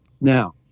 Now